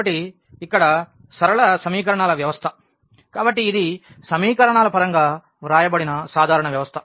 కాబట్టి ఇక్కడ సరళ సమీకరణాల వ్యవస్థ కాబట్టి ఇది సమీకరణాల పరంగా వ్రాయబడిన సాధారణ వ్యవస్థ